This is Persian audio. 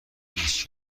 هیچ